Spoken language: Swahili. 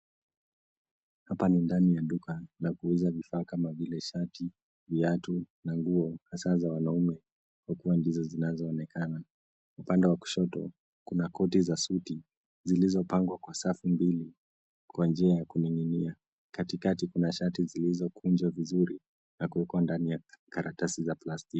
Hapa ni ndani ya duka la kuuza vifaa kama vile shati, viatu na nguo hasa za wanaume ndo zinazoonekana. Upande wa kushoto, kuna koti za suti zilizopangwa kwa safu mbili kwa njia ya kuning'inia. Katikati kuna shati zilizokunjwa vizuri na kuwekwa ndani ya karatasi za plastiki.